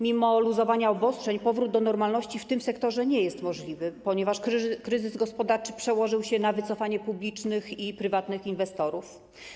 Mimo luzowania obostrzeń powrót do normalności w tym sektorze nie jest możliwy, ponieważ kryzys gospodarczy przełożył się na wycofanie publicznych i prywatnych inwestorów.